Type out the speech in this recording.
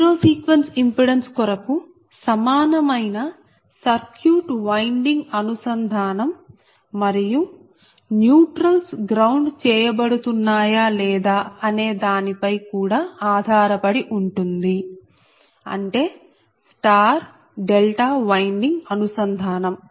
zero sequence impedance కొరకు సమానమైన circuit winding అనుసంధానం మరియు న్యూట్రల్స్ గ్రౌండ్ చేయబడుతున్నాయా లేదా అనే దానిపై కూడా ఆధారపడి ఉంటుంది అంటేస్టార్ డెల్టా వైండింగ్ అనుసంధానం